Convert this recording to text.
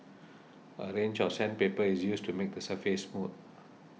a range of sandpaper is used to make the surface smooth